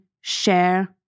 share